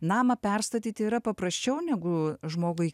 namą perstatyti yra paprasčiau negu žmogui